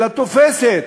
אלא תופסת